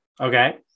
okay